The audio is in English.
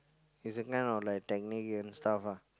is a kind of like technique and stuff ah